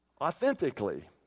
Authentically